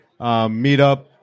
meetup